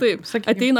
taip ateina